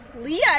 leah